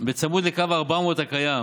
161 בצמוד לקו 400 הקיים,